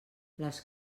les